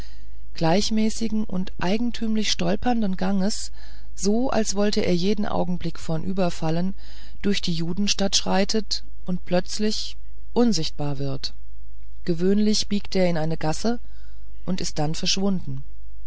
gleichmäßigen und eigentümlich stolpernden ganges so als wolle er jeden augenblick vornüber fallen durch die judenstadt schreitet und plötzlich unsichtbar wird gewöhnlich biegt er in eine gasse und ist dann verschwunden